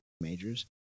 majors